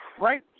right